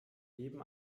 jedem